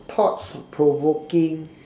thought provoking